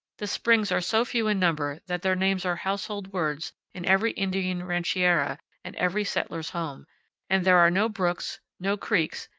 the springs are so few in number that their names are household words in every indian rancheria and every settler's home and there are no brooks, no creeks,